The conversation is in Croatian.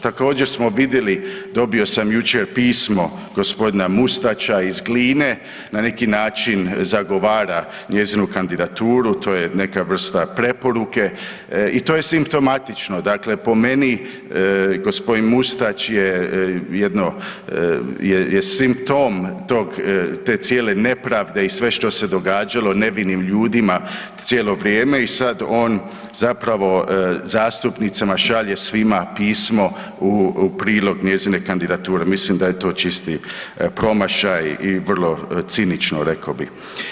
Također smo vidjeli, dobio sam jučer pismo g. Mustača iz Gline, na neki način zagovara njezinu kandidaturu, to je neka vrsta preporuke i to je simptomatično, dakle po meni g. Mustač je jedno, je simptom te cijele nepravde i svega što se događalo nevinim ljudima cijelo vrijeme i sad on zapravo zastupnicima šalje svima pismo u prilog njezine kandidature, mislim da je to čisti promašaj i vrlo cinično rekao bi.